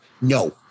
No